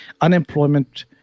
unemployment –